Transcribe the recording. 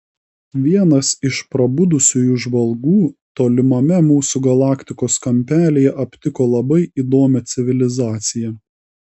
vienas iš prabudusiųjų žvalgų tolimame mūsų galaktikos kampelyje aptiko labai įdomią civilizaciją